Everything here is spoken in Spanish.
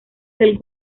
del